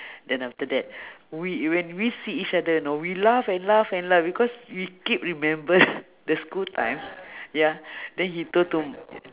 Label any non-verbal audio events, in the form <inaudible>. <breath> then after that <breath> we when we see each other know we laugh and laugh and laugh because we keep remember <laughs> the school time ya then he told to